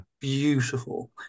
beautiful